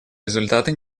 результаты